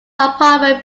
apartment